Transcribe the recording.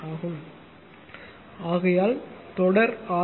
ஆகையால் தொடர் ஆர்